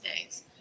days